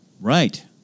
Right